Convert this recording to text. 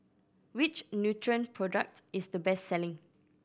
which Nutren product is the best selling